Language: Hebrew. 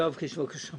יואב קיש, בבקשה.